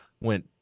went